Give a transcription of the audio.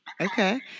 Okay